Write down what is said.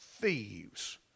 thieves